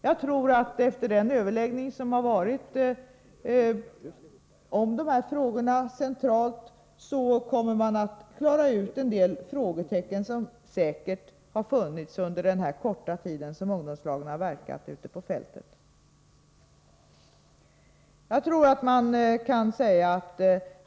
Jag tror att man efter dessa överläggningar centralt kommer att klara ut en del frågeställningar som säkert har funnits under den korta tid som ungdomslagen verkat ute på fältet.